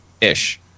Ish